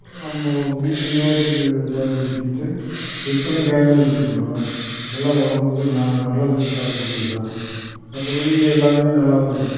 நம்ம வீட்டு உபயோகத்துக்கு பயன்படுத்திகிட்டு விற்பனைக்காகவும் வச்சுருக்குறோம் எல்லாம் உடம்புக்கு நல்லது தரக்கூடியதுதான் மற்றபடி எல்லாம் நல்லாவும் இருக்கும்